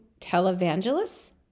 televangelists